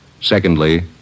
Secondly